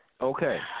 Okay